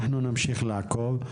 אנחנו נמשיך לעקוב,